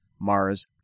Mars